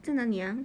在哪里 ah